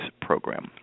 program